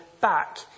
back